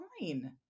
fine